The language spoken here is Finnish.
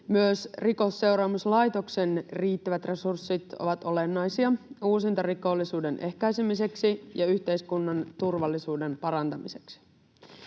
Myös Rikosseuraamuslaitoksen riittävät resurssit ovat olennaisia uusintarikollisuuden ehkäisemiseksi ja yhteiskunnan turvallisuuden parantamiseksi.